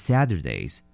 Saturdays